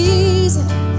Jesus